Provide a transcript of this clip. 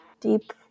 deep